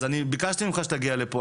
אז אני ביקשתי ממך שתגיע לפה,